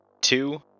two